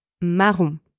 marron